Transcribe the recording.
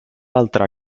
altra